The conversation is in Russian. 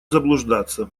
заблуждаться